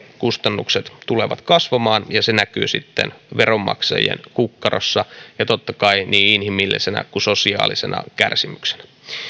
kustannukset tulevat kasvamaan ja se näkyy sitten veronmaksajien kukkarossa ja totta kai niin inhimillisenä kuin sosiaalisenakin kärsimyksenä